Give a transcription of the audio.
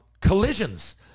collisions